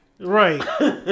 Right